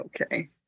Okay